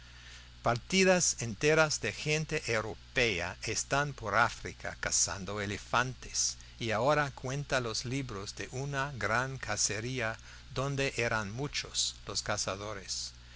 partidas enteras de gente europea están por áfrica cazando elefantes y ahora cuenta los libros de una gran cacería donde eran muchos los cazadores